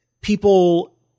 people